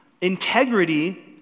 Integrity